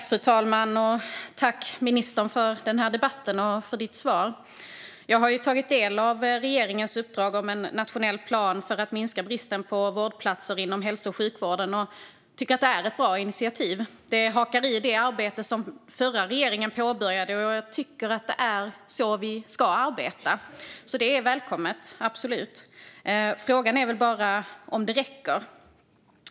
Fru talman! Tack, ministern, för debatten och för svaret! Jag har tagit del av regeringens uppdrag om en nationell plan för att minska bristen på vårdplatser inom hälso och sjukvården och tycker att det är ett bra initiativ. Det hakar i det arbete som den förra regeringen påbörjade, och jag tycker det är så vi ska arbeta. Det är alltså välkommet - absolut. Frågan är väl bara om det räcker.